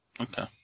Okay